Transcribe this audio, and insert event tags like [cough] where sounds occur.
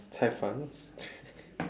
cai-fan [laughs]